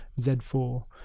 z4